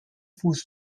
fuß